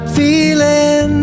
feeling